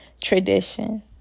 tradition